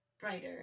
brighter